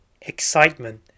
excitement